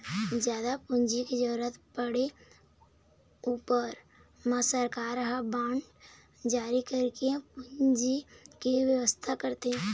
जादा पूंजी के जरुरत पड़े ऊपर म सरकार ह बांड जारी करके पूंजी के बेवस्था करथे